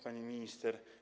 Pani Minister!